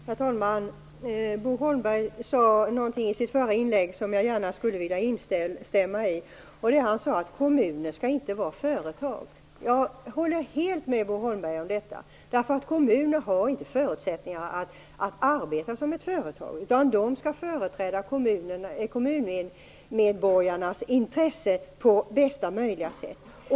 Herr talman! Bo Holmberg sade någonting i sitt förra inlägg som jag gärna skulle vilja instämma i. Han sade att kommuner inte skall vara företag. Jag håller helt med Bo Holmberg om detta. Kommuner har inte förutsättningar att arbeta som ett företag. De skall företräda kommuninnevånarnas intresse på bästa möjliga sätt.